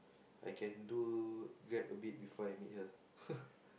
I can do Grab a bit before I meet her